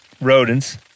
rodents